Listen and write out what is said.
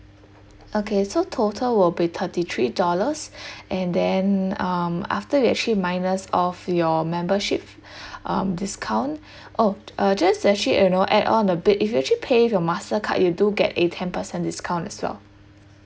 okay so total will be thirty three dollars and then um after we actually minus off your membership um discount oh uh just to actually you know add on a bit if you actually pay with your mastercard you do get a ten percent discount as well